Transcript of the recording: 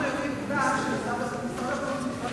אנחנו יודעים שמשרד הבריאות ומשרד החינוך